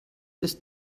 ist